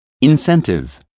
incentive